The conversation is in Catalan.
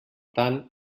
tant